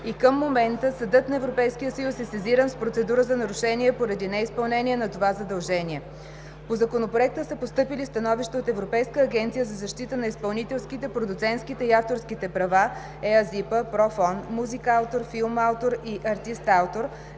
и към момента Съдът на Европейския съюз е сезиран с Процедура за нарушение поради неизпълнение на това задължение. По Законопроекта са постъпили становища от Европейската агенция за защита на изпълнителските, продуцентските и авторските права (ЕАЗИПА), „Профон“, „Музикаутор“, „Филмаутор“ и „Артистаутор“,